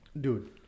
Dude